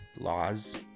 Laws